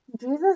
Jesus